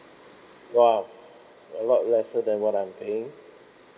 !wow! a lot lesser than what I'm paying